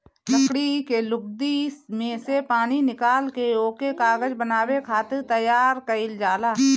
लकड़ी के लुगदी में से पानी निकाल के ओके कागज बनावे खातिर तैयार कइल जाला